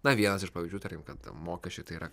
na vienas iš pavyzdžių tarkim kad mokesčiai tai yra